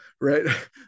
right